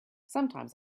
sometimes